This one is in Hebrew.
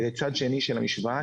זה הצד השני של המשוואה,